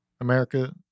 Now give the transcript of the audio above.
America